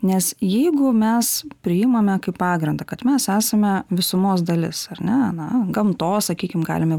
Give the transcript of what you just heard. nes jeigu mes priimame kaip pagrindą kad mes esame visumos dalis ar ne na gamtos sakykim galim